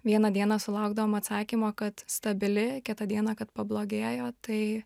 vieną dieną sulaukdavom atsakymo kad stabili kitą dieną kad pablogėjo tai